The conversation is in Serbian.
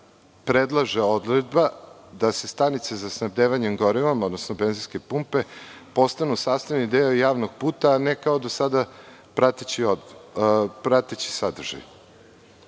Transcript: predlaže odredba da stanice za snabdevanjem gorivom, odnosno benzinske pumpe, postanu sastavni deo javnog puta, a ne kao do sad prateći sadržaj. Šta